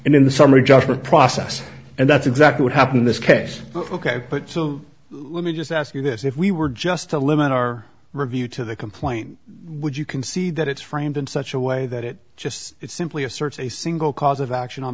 and in the summary judgment process and that's exactly what happened in this case ok but so let me just ask you this if we were just to limit our review to the complaint would you can see that it's framed in such a way that it just simply asserts a single cause of action on